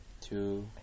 Two